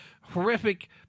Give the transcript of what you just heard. horrific